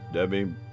Debbie